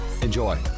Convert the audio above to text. Enjoy